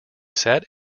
sad